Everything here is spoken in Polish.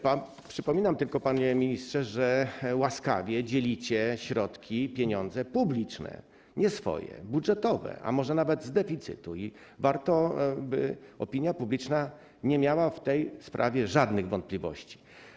Przypominam tylko, panie ministrze, że łaskawie dzielicie środki, pieniądze publiczne, nie swoje, budżetowe, a może nawet z deficytu, i warto, by opinia publiczna nie miała w tej sprawie żadnych wątpliwości.